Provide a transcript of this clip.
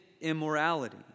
immorality